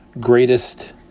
greatest